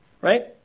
Right